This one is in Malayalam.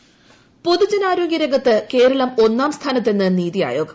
നിതി അയോഗ് പൊതുജനാരോഗ്യരംഗത്ത് കേരളം ഒന്നാം സ്ഥാനത്തെന്ന് നിതി അയോഗ്